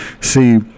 See